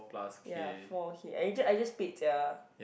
ya four he age ages paid ya